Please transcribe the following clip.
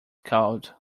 called